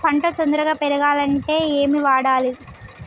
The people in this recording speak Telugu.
పంట తొందరగా పెరగాలంటే ఏమి వాడాలి?